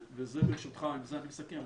ועם זה אני מסכם,